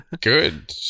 good